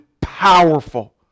powerful